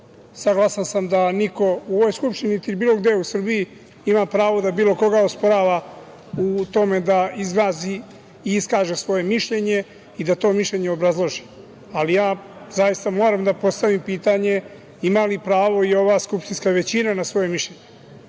saglasan sam da niko u ovoj Skupštini, niti bilo gde u Srbiji, ima pravo da bilo koga osporava u tome da izrazi i iskaže svoje mišljenje i da to mišljenje obrazloži. Ali, ja zaista moram da postavim pitanje - ima li pravo i ova skupštinska većina na svoje mišljenje?